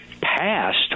passed